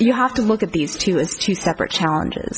you have to look at these two separate challenges